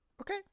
Okay